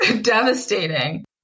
Devastating